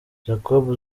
jacob